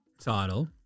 title